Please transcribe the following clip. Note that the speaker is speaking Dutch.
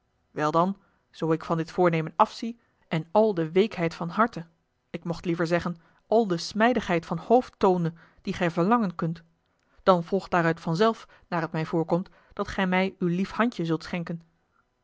wel dan zoo ik van dit voornemen afzie en al de weekheid van harte ik mocht liever zeggen al de smijdigheid van hoofd toone die gij verlangen kunt dan volgt daaruit vanzelf naar t mij voorkomt dat gij mij uw lief handje zult schenken